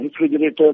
refrigerator